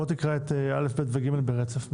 תקרא בבקשה את א', ב' ו-ג' ברצף.